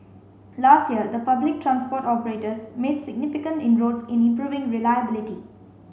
last year the public transport operators made significant inroads in improving reliability